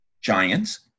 Giants